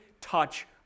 touch